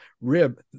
Rib